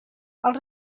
els